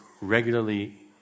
regularly